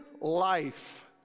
life